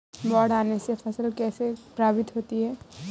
बाढ़ आने से फसल कैसे प्रभावित होगी?